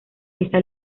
esa